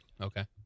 okay